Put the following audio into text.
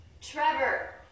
Trevor